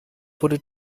wurde